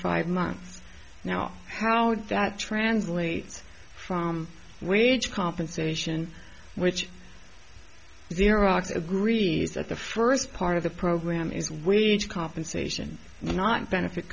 five months now how that translates wage compensation which is iraq's agrees that the first part of the program is wage compensation not benefit